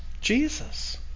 Jesus